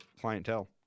clientele